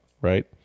right